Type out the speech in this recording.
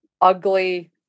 ugly